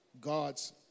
God's